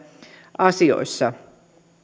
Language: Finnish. asioissa